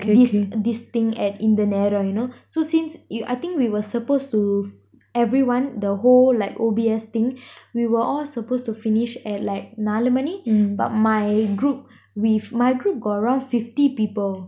this this thing at இந்த நேரம்:intha neram you know so since you I think we were supposed to fi~ everyone the whole like O_B_S thing we were all supposed to finish at like நாள் மணி:naal mani but my group we fi~ my group got around fifty people